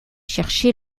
cherché